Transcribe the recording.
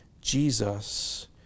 Jesus